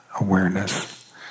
awareness